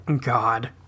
God